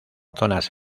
zonas